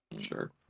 Sure